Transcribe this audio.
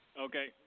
Okay